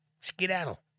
Skedaddle